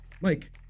Mike